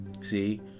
See